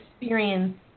experience